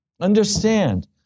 Understand